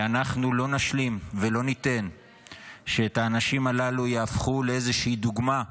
אנחנו לא נשלים ולא ניתן שאת האנשים הללו יהפכו לאיזושהי דוגמה,